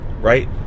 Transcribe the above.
Right